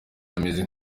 ameze